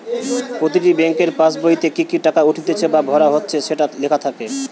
প্রতিটি বেংকের পাসবোইতে কি কি টাকা উঠতিছে বা ভরা হচ্ছে সেটো লেখা থাকে